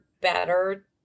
better